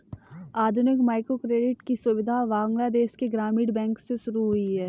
आधुनिक माइक्रोक्रेडिट की सुविधा बांग्लादेश के ग्रामीण बैंक से शुरू हुई है